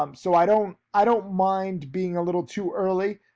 um so i don't i don't mind being a little too early.